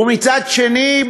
ומצד שני,